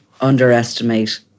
underestimate